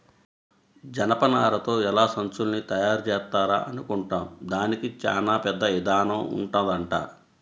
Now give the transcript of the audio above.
జనపనారతో ఎలా సంచుల్ని తయారుజేత్తారా అనుకుంటాం, దానికి చానా పెద్ద ఇదానం ఉంటదంట